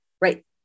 right